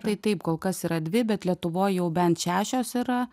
tai taip kol kas yra dvi bet lietuvoj jau bent šešios yra